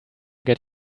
get